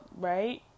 right